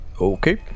Okay